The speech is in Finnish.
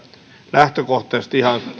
lähtökohtaisesti ihan